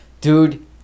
dude